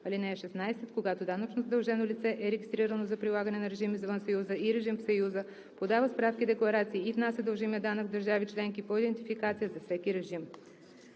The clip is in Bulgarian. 153. (16) Когато данъчно задължено лице е регистрирано за прилагане на режим извън Съюза и режим в Съюза, подава справки-декларации и внася дължимия данък в държавите членки по идентификация за всеки режим.“